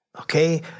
Okay